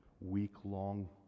week-long